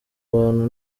bantu